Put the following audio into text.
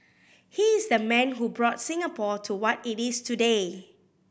he is the man who brought Singapore to what it is today